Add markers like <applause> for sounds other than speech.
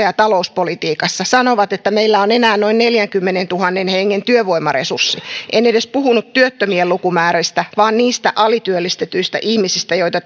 <unintelligible> ja talouspolitiikassa sanovat että meillä on enää noin neljänkymmenentuhannen hengen työvoimaresurssi en edes puhunut työttömien lukumäärästä vaan niistä alityöllistetyistä ihmisistä joita <unintelligible>